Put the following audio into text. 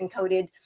encoded